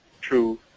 true